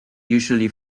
usually